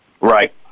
Right